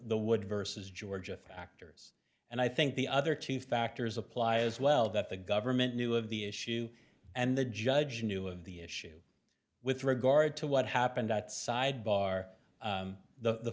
the wood versus ga factors and i think the other two factors apply as well that the government knew of the issue and the judge knew of the issue with regard to what happened outside bar the